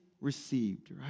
received